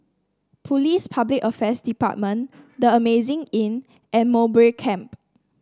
Police Public Affairs Department The Amazing Inn and Mowbray Camp